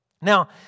Now